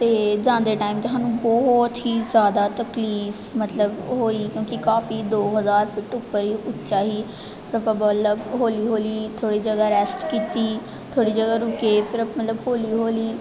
ਅਤੇ ਜਾਂਦੇ ਟਾਇਮ ਸਾਨੂੰ ਬਹੁਤ ਹੀ ਜ਼ਿਆਦਾ ਤਕਲੀਫ਼ ਮਤਲਬ ਹੋਈ ਕਿਉਂਕਿ ਕਾਫ਼ੀ ਦੋ ਹਜ਼ਾਰ ਫਿਟ ਉੱਪਰ ਸੀ ਉੱਚਾ ਸੀ ਫਿਰ ਆਪਾਂ ਬਲਵ ਹੌਲੀ ਹੌਲੀ ਥੋੜ੍ਹੀ ਜਗ੍ਹਾ ਰੈਸਟ ਕੀਤੀ ਥੋੜ੍ਹੀ ਜਗ੍ਹਾ ਰੁਕੇ ਫਿਰ ਮਤਲਬ ਹੌਲੀ ਹੌਲੀ